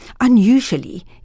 Unusually